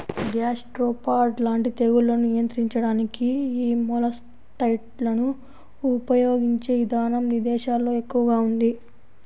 gastropod లాంటి తెగుళ్లను నియంత్రించడానికి యీ మొలస్సైడ్లను ఉపయిగించే ఇదానం ఇదేశాల్లో ఎక్కువగా ఉంది